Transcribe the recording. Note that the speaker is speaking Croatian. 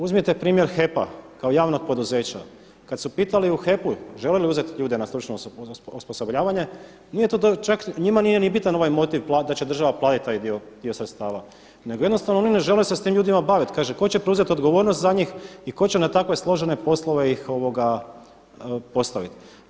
Uzmite primjer HEP-a kao javnog poduzeća, kada su pitali u HEP-u žele li uzeti ljude na stručno osposobljavanje, njima čak nije ni bitan ovaj motiv da će država platiti taj dio sredstava nego jednostavno oni ne žele se sa tim ljudima baviti, kažu tko će preuzeti odgovornost za njih i tko će na takve složene poslove ih postaviti.